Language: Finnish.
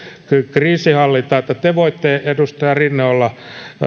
kriisinhallintaan eli te edustaja rinne voitte olla